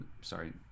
Sorry